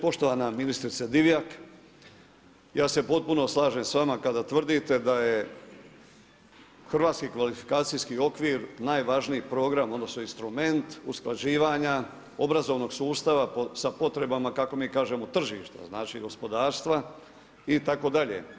Poštovana ministrice Divjak, ja se potpuno slažem s vama, kada tvrdite da je hrvatski kvalifikacijski okvir, najvažniji i program, odnosno instrument usklađivanja obrazovnog sustava sa potrebama kako mi kažemo tržišta, znači gospodarstva itd.